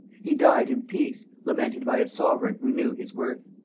he died in peace, lamented by a sovereign who knew his worth.